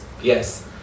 yes